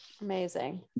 amazing